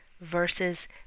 versus